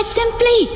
simply